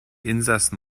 insassen